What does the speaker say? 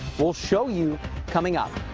we'll show you coming up.